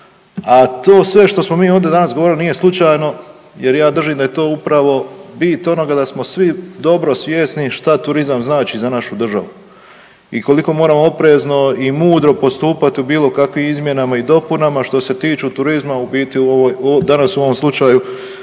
a to sve što smo mi ovdje danas govorili nije slučajno, jer ja držim da je to upravo bit onoga da smo svi dobro svjesni što turizam znači za našu državu i koliko moramo oprezno i mudro postupati u bilo kakvim izmjenama i dopunama što se tiču turizma u biti danas u ovom slučaju